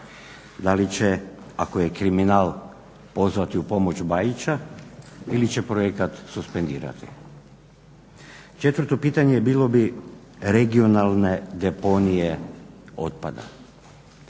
da li će ako je kriminal pozvati u pomoć Bajića ili će projekt suspendirati. Četvrto pitanje bilo bi regionalne deponije otpada.